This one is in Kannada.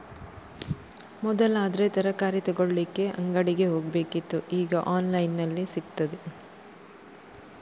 ಮೊದಲಾದ್ರೆ ತರಕಾರಿ ತಗೊಳ್ಳಿಕ್ಕೆ ಅಂಗಡಿಗೆ ಹೋಗ್ಬೇಕಿತ್ತು ಈಗ ಆನ್ಲೈನಿನಲ್ಲಿ ಸಿಗ್ತದೆ